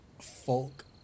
folk